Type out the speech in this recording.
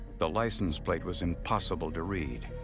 the license plate was impossible to read,